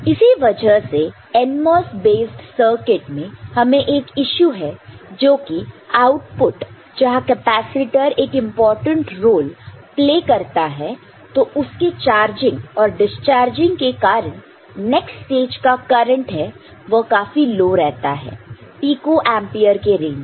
इसी वजह से NMOS बेस्ट सर्किट में हमें एक इशू है जोकि आउटपुट जहां कैपेसिटर एक इंपॉर्टेंट रोल प्ले करता है तो उसके चार्जिंग और डिस्चार्जिंग के कारण नेक्स्ट स्टेज का करंट है वह काफी लो रहता है पीको एंपियर के रेंज में